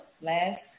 last